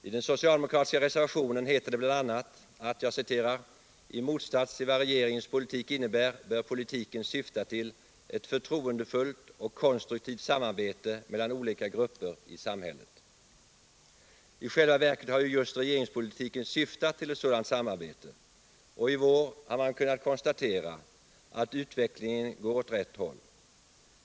I den socialdemokratiska reservationen heter det bl.a. att ”i motsats till vad regeringens politik innebär bör politiken syfta till ett förtroendefullt och konstruktivt samarbete mellan olika grupper i samhället”. I själva verket har ju just regeringspolitiken syftat till ett sådant samarbete, och i vår har man kunnat konstatera att utvecklingen går åt rätt håll.